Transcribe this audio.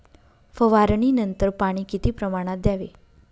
फवारणीनंतर पाणी किती प्रमाणात द्यावे?